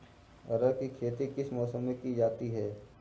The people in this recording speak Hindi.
अरहर की खेती किस मौसम में की जाती है?